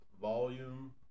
volume